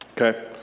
okay